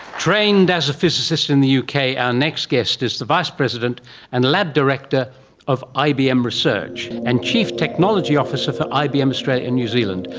trained as a physicist in the uk, our next guest is the vice president and lab director of ibm research, and chief technology officer for ibm australia in new zealand.